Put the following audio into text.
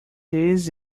this